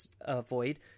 avoid